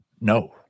No